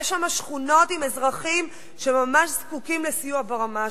יש שם שכונות עם אזרחים שממש זקוקים לסיוע ברמה השוטפת.